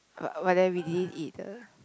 uh but then we didn't eat the